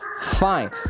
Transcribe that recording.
Fine